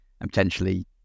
potentially